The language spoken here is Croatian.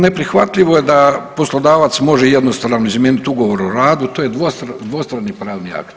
Neprihvatljivo je da poslodavac može jednostrano može izmijeniti ugovor o radu, to je dvostrani pravni akt.